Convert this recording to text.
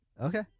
okay